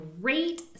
great